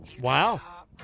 Wow